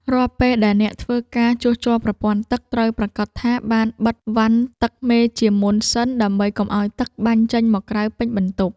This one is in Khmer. រាល់ពេលដែលអ្នកធ្វើការជួសជុលប្រព័ន្ធទឹក ត្រូវប្រាកដថាបានបិទវ៉ាន់ទឹកមេជាមុនសិន ដើម្បីកុំឱ្យទឹកបាញ់ចេញមកក្រៅពេញបន្ទប់។